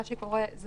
מה שקורה זה